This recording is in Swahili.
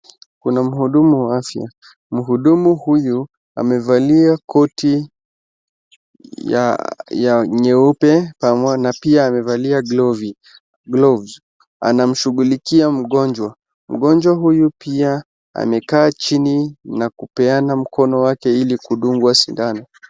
Kuna mhudumu wa afya. Mhudumu huyu amevalia koti ya nyeupe na pia amevalia gloves . Anamshughulikia mgonjwa. Mgonjwa huyu pia amekaa chini akipeana mkono wake ilikudungwa sindano.